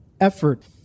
effort